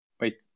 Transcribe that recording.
wait